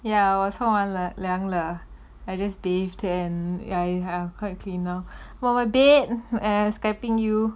ya 我冲完了 I just bathe and yah quite clean lor but babe I'm skyping you